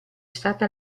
stata